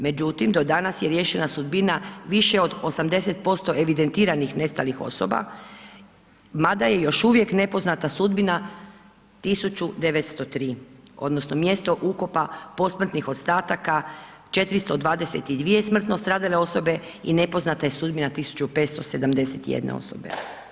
Međutim, do danas je riješena sudbina više od 80% evidentiranih nestalih osoba, mada je još uvijek nepoznata sudbina 1.903 odnosno mjesto ukopa posmrtnih ostataka 422 smrtno stradale osobe i nepoznata je sudbina 1.571 osobe.